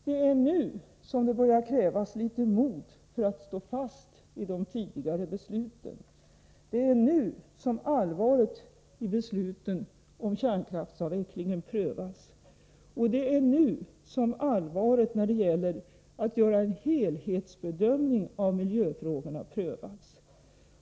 Det är nu som det börjar krävas litet mod för att stå fast vid de tidigare besluten. Det är nu som allvaret i besluten om kärnkraftsavvecklingen prövas. Och det är nu som allvaret när det gäller att göra en helhetsbedömning av miljöfrågorna prövas.